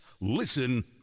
Listen